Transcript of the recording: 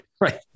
Right